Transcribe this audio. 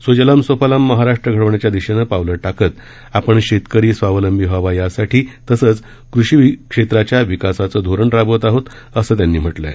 सुजलम सुफलम महाराष्ट्र घडवण्याच्या दिशेनं पावलं टाकत आपण शेतकरी स्वावलंबी व्हावा यासाठी तसंचच कृषी क्षेत्राच्या विकासाचं धोरण राबवित आहोत अस त्यांनी म्हटलंय